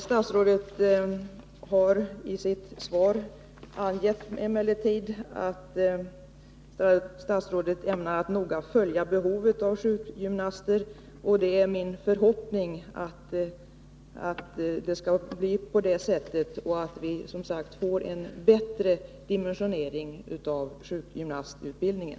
Statsrådet har emellertid i sitt svar angett att statsrådet ämnar noga följa utvecklingen av behovet av sjukgymnaster, och det är min förhoppning att det skall bli på det sättet och att vi som sagt får en bättre dimensionering av sjukgymnastutbildningen.